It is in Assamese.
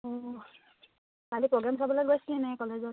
অঁ কালি প্ৰগ্ৰেম চাবলৈ গৈছিলিনে কলেজত